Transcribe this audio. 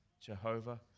Jehovah